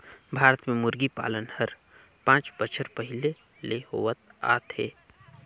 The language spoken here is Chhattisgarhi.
भारत में मुरगी पालन हर पांच बच्छर पहिले ले होवत आत हे